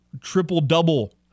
triple-double